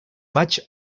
maig